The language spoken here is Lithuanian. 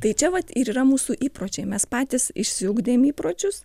tai čia vat ir yra mūsų įpročiai mes patys išsiugdėm įpročius